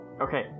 Okay